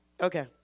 Okay